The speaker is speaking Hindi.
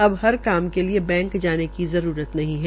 अब हर काम के लिये बैंक जाने की जरूरत नहीं है